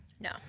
No